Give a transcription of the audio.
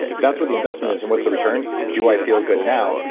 that's what the investment is. and what's the return? do i feel good now?